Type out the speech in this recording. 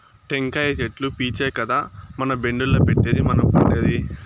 టెంకాయ చెట్లు పీచే కదా మన బెడ్డుల్ల పెట్టేది మనం పండేది